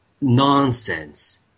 nonsense